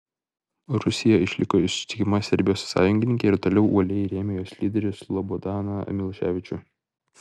rusija išliko ištikima serbijos sąjungininkė ir toliau uoliai rėmė jos lyderį slobodaną miloševičių